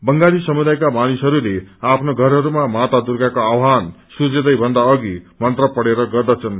बंगाली समुदायका मानिसहरूले आफ्नो घरहरूमा माता दुर्गाको आहवान सूर्योदय भन्दा अघि मन्त्र पढेर गर्दछन्